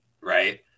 right